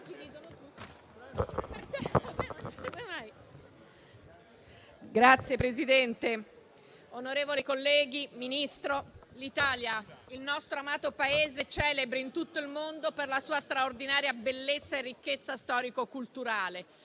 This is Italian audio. Signor Presidente, onorevoli colleghi, Ministro, l'Italia, il nostro amato Paese, è celebre in tutto il mondo per la sua straordinaria bellezza e ricchezza storico-culturale.